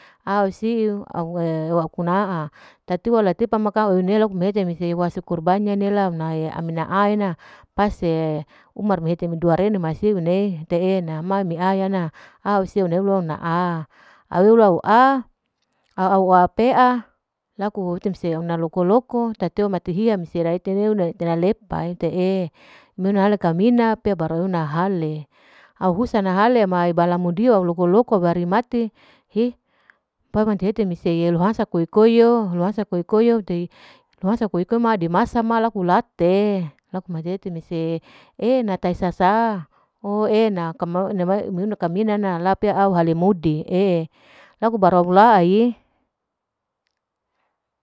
Ausiu aukuna'a, tatiwa la tipa makau nela mehete mese wa syukur banyak nela nauna amina aena pas mehete mar duarene masiu nehe e'na ma meayana au seu neuluna'a auleu lau'a au au pea laku hite mese huna loko-loko tatiwa mate hiya mese raete una etena lepa'e ete'e mehunaka alamina pea beru nauna nahale, au husa nahale ma balamo dio loko-loko baru ri mati hi pa mate hete mese sehe lohansa pikoy'o, lohansa koi-koi lo, lohansa koi-koi dimasa ma laku wate, laku mase hete mese e'ena tahi sasa, oo e'ena kame emunai lakaminana pea au halamudi laku baru awlawa'i.